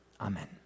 Amen